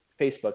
Facebook